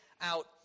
out